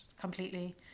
completely